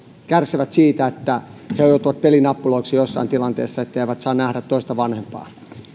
kärsivät siitä että he joutuvat pelinappuloiksi jossain tilanteessa että eivät saa nähdä toista vanhempaa